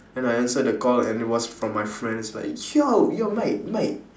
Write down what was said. and I answer the call and it was from my friends like yo yo mate mate